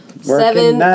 Seven